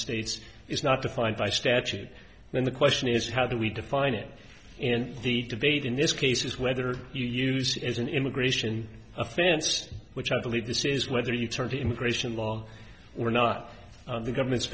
states is not defined by statute then the question is how do we define it and the debate in this case is whether you use is an immigration offense which i believe this is whether you turn to immigration law were not the government's